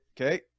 okay